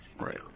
Right